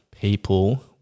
people